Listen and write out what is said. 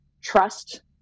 trust